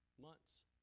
months